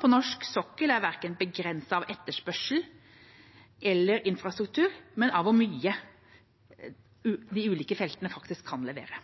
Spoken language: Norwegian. på norsk sokkel er verken begrenset av etterspørsel eller av infrastruktur, men av hvor mye de ulike feltene kan levere.